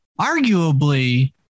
Arguably